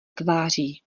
tváří